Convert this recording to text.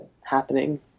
happening